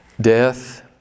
death